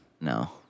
No